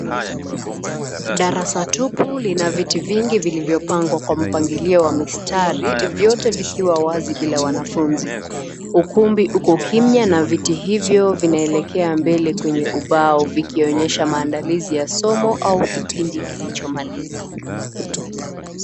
Darasa tupu lina viti vingi vilivyopangwa kwa mpangilio wa mstari, vyote vikiwa wazi bila wanafunzi. Ukumbi uko kimya na viti hivyo vinaelekea mbele kwenye ubao vikionyesha maandalizi ya somo au kipindi kilichomalizika.